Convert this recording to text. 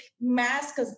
masks